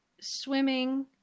swimming